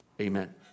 Amen